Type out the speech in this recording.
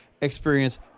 experience